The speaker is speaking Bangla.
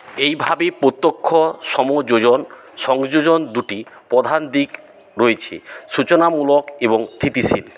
এইভাবে প্রত্যক্ষ সমযোজন সংযোজন দুটি প্রধান দিক রয়েছে সূচনামূলক এবং স্থিতিশীল